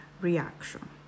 reaction